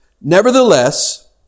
Nevertheless